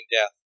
death